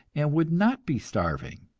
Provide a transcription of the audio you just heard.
and would not be starving.